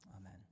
Amen